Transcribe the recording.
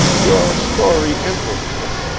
your story interests me,